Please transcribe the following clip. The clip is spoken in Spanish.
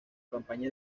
campaña